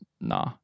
nah